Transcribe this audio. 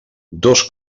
dos